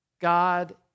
God